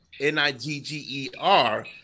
N-I-G-G-E-R